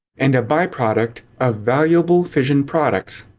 and a byproduct of valuable fission products.